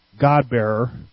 God-bearer